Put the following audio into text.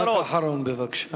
משפט אחרון, בבקשה.